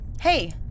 Hey